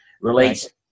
relates